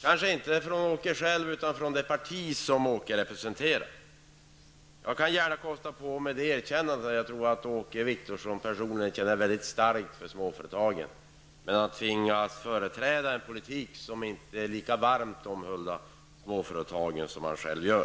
kanske inte Åke Wictorsson själv utan snarare det parti som han representerar. Jag kan gärna kosta på mig det erkännandet att jag tror att Åke Wictorsson personligen känner mycket starkt för småföretagen, men han tvingas företräda en politik som inte omhuldar småföretagen lika varmt som han själv.